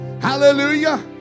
Hallelujah